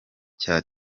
cya